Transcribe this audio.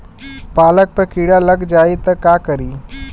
पालक पर कीड़ा लग जाए त का करी?